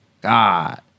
God